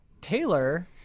Taylor